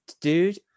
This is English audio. Dude